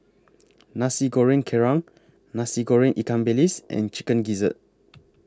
Nasi Goreng Kerang Nasi Goreng Ikan Bilis and Chicken Gizzard